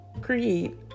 create